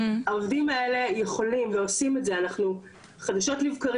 אנחנו חדשות לבקרים מקבלים בקשות פרטניות שבהן הם